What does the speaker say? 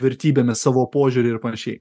vertybėmis savo požiūriu ir panašiai